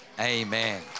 amen